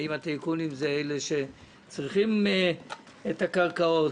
האם הטייקונים הם אלה שצריכים את הקרקעות,